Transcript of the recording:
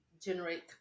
generate